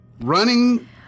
running